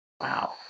wow